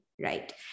right